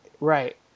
Right